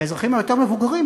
ובקרב האזרחים היותר מבוגרים,